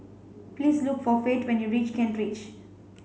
please look for Fate when you reach Kent Ridge